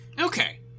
Okay